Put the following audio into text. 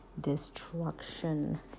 destruction